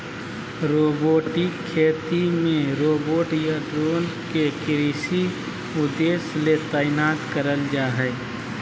robotic खेती मे robot या ड्रोन के कृषि उद्देश्य ले तैनात करल जा हई